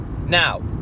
Now